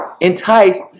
enticed